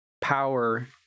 power